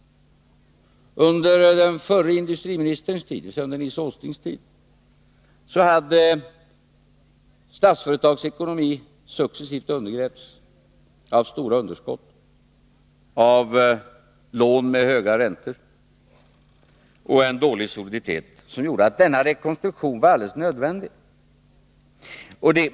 Under den förre industriministerns tid, dvs. under Nils Åslings tid, hade Statsföretags ekonomi successivt undergrävts av stora underskott, lån med höga räntor och en dålig soliditet. Det gjorde att denna rekonstruktion var alldeles nödvändig.